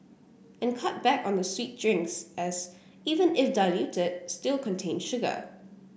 and cut back on the sweet drinks as even if diluted still contain sugar